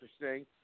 interesting